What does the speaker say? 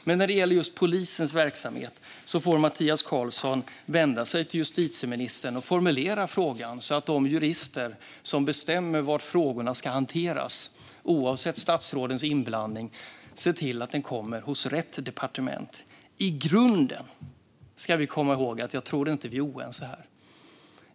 Men när det gäller just polisens verksamhet får Mattias Karlsson vända sig till justitieministern och formulera frågan så att de jurister som bestämmer var frågorna ska hanteras, utan statsrådens inblandning, kan se till att den kommer till rätt departement. Vi ska komma ihåg en sak: Jag tror inte att vi är oense här.